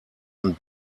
und